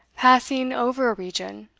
passing over a region,